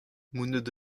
mont